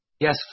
Yes